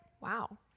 wow